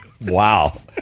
Wow